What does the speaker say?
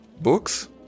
Books